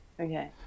okay